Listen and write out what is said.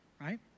right